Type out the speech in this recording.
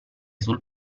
sul